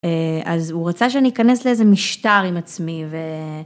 אז הוא רצה שאני אכנס לאיזה משטר עם עצמי ו...